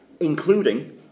including